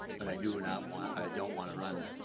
but i do and not want i don't want to run.